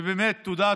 ובאמת תודה,